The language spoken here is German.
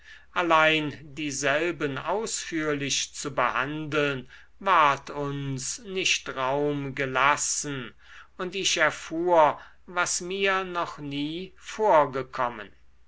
allein dieselben ausführlich zu behandeln ward uns nicht raum gelassen und ich erfuhr was mir noch nie vorgekommen